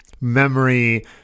memory